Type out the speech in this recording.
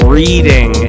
reading